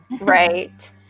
Right